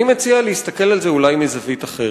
אני מציע להסתכל על זה אולי מזווית אחרת.